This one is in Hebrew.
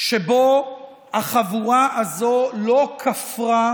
שבו החבורה הזו לא כפרה